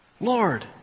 Lord